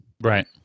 Right